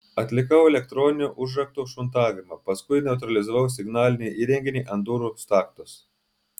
atlikau elektroninio užrakto šuntavimą paskui neutralizavau signalinį įrenginį ant durų staktos